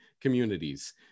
communities